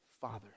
Father